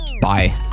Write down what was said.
Bye